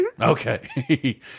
Okay